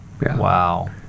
Wow